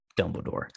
Dumbledore